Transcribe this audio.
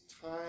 time